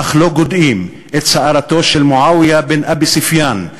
אך לא גודעים את שערתו של מועאויה בן אבי סופיאן,